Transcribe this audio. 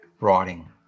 writing